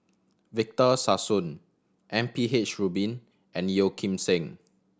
Victor Sassoon M P H Rubin and Yeo Kim Seng